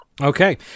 Okay